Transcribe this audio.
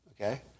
Okay